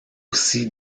aussi